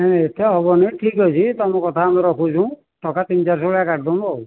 ନାଇଁ ଏତେ ହେବନି ଠିକ୍ ଅଛି ତମ କଥା ଆମେ ରଖୁଛୁ ଟଙ୍କା ତିନି ଚାରିଶହ ଭଳିଆ କାଟିଦେବୁ ଆଉ